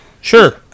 Sure